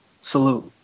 salute